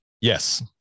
Yes